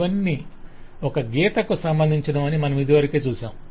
ఇవన్నీ ఒక గీతకు సంబంధంచినవని మనమిదివరకే చూశాము